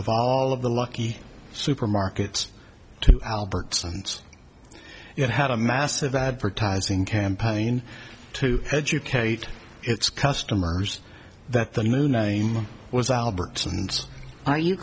of all of the lucky supermarkets to albertsons it had a massive advertising campaign to educate its customers that the new name was albertsons ar